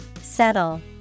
Settle